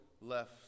left